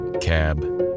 cab